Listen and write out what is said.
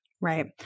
Right